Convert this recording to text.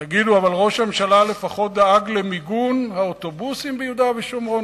תגידו: אבל ראש הממשלה לפחות דאג למיגון האוטובוסים ביהודה ושומרון,